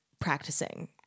practicing